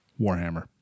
Warhammer